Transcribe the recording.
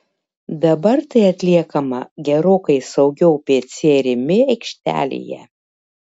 dabar tai atliekama gerokai saugiau pc rimi aikštelėje